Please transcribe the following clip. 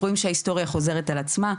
רואים שההיסטוריה חוזרת על עצמה,